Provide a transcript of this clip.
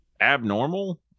abnormal